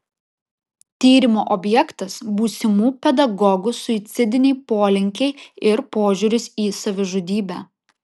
tyrimo objektas būsimų pedagogų suicidiniai polinkiai ir požiūris į savižudybę